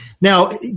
Now